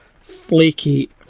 Flaky